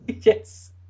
Yes